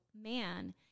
man